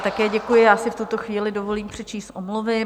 Také děkuji a v tuto chvíli si dovolím přečíst omluvy.